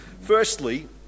Firstly